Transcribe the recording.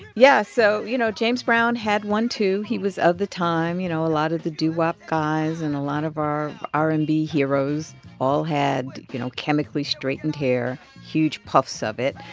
yeah. so, you know, james brown had one too. he was of the time. you know, a lot of the doo wop guys and a lot of r r and b heroes all had, you know, chemically-straightened hair, huge puffs of it.